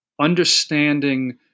understanding